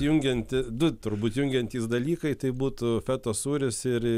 jungianti du turbūt jungiantys dalykai tai būtų fetos sūris ir